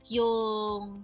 yung